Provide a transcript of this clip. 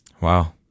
Wow